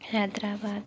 Hyderabad